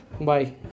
Bye